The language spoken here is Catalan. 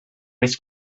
més